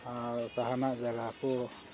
ᱟᱨ ᱛᱟᱦᱮᱱ ᱨᱮᱱᱟᱜ ᱡᱟᱭᱜᱟ ᱠᱚ